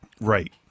Right